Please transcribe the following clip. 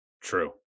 true